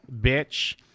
bitch